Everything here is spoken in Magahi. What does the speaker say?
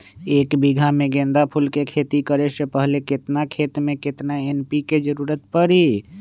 एक बीघा में गेंदा फूल के खेती करे से पहले केतना खेत में केतना एन.पी.के के जरूरत परी?